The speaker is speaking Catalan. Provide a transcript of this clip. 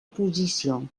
posició